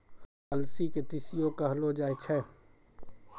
अलसी के तीसियो कहलो जाय छै